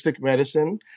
medicine